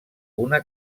una